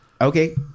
okay